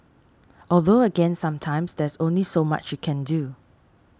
although again sometimes there's only so much you can do